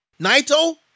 Naito